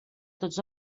tots